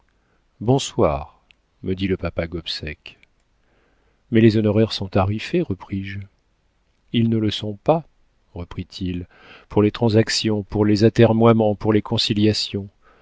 bonsoir me dit le papa gobseck mais les honoraires sont tarifés repris-je ils ne le sont pas reprit-il pour les transactions pour les atermoiements pour les conciliations